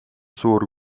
suur